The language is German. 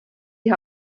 die